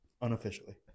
Unofficially